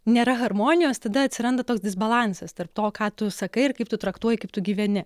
nėra harmonijos tada atsiranda toks disbalansas tarp to ką tu sakai ir kaip tu traktuoji kaip tu gyveni